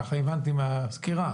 כך הבנתי מהסקירה.